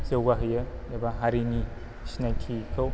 जौगा होयो एबा हारिनि सिनायथिखौ